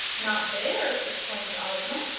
not there! exclaimed ozma.